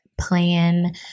plan